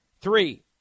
Three